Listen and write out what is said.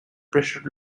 pressure